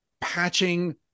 patching